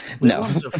No